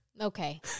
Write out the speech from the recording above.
Okay